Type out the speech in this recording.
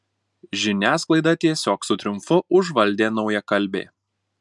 žiniasklaidą tiesiog su triumfu užvaldė naujakalbė